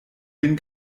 den